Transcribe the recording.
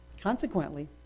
Consequently